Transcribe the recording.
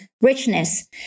richness